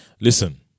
Listen